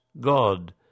God